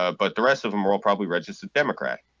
ah but the rest of them were all probably registered democrat,